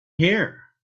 here